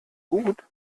gut